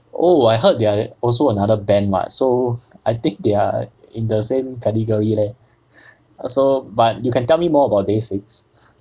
oh I heard they are also another band [what] so I think they are in the same category leh also but you can tell me more about this it's